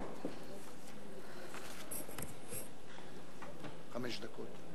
חמש דקות.